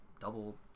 double